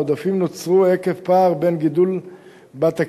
העודפים נוצרו עקב פער בין גידול בתקציב